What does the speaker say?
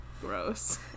Gross